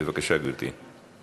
בבקשה, גברתי.